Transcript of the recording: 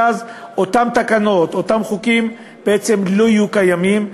ואז אותן תקנות, אותם חוקים, בעצם לא יהיו קיימים,